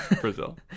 Brazil